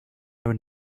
would